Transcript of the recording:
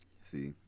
See